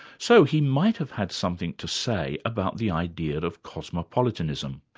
so he might have had something to say about the idea of cosmopolitanism,